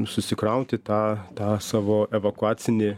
susikrauti tą tą savo evakuacinį